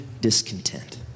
discontent